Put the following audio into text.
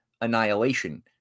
annihilation